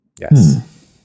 Yes